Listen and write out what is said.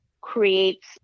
creates